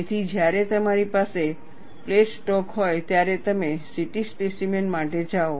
તેથી જ્યારે તમારી પાસે પ્લેટ સ્ટોક હોય ત્યારે તમે CT સ્પેસીમેન માટે જાઓ